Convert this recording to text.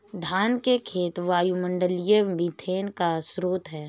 धान के खेत वायुमंडलीय मीथेन का स्रोत हैं